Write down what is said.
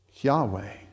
Yahweh